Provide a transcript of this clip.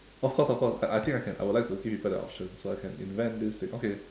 of course of course I I think I can I would like to give people that option so I can invent this thing okay